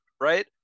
right